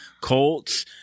Colts